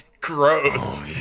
Gross